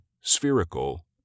spherical